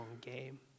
game